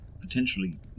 potentially